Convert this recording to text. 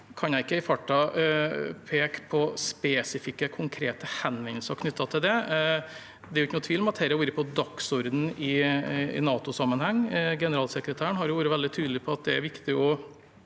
jeg ikke i farten peke på spesifikke, konkrete henvendelser knyttet til det. Det er ikke noen tvil om at dette har vært på dagsordenen i NATO-sammenheng. Generalsekretæren har vært veldig tydelig på at det er viktig å